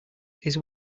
his